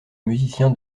musicien